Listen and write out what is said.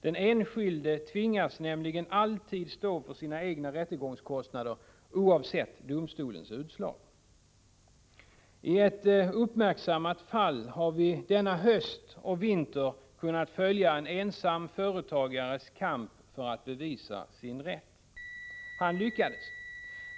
Den enskilde tvingas nämligen alltid stå för sina egna rättegångskostnader, oavsett domstolens utslag. I ett uppmärksammat fall har vi denna höst och vinter kunnat följa en ensam företagares kamp för att hävda sin rätt. Han lyckades.